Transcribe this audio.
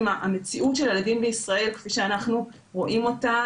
המציאות של הילדים בישראל כפי שאנחנו רואים אותה,